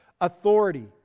authority